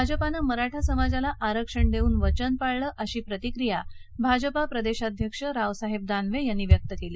भाजपानं मराठा समाजाला आरक्षण देऊन वचन पाळलं अशी प्रतिक्रिया भाजपा प्रदेशाध्यक्ष रावसाहेब दानवे यांनी व्यक्त केली